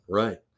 right